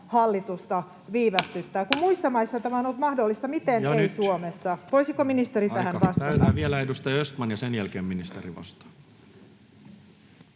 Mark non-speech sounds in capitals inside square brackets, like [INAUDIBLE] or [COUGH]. hallitusta viivästyttää? [NOISE] Kun muissa maissa tämä on ollut mahdollista, miten ei Suomessa? Voisiko ministeri tähän vastata? Ja nyt aika on täynnä. — Vielä edustaja Östman ja sen jälkeen ministeri vastaa.